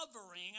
covering